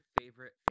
favorite